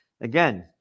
Again